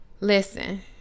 Listen